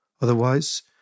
Otherwise